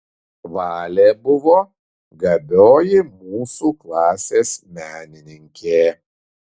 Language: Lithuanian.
valė buvo gabioji mūsų klasės menininkė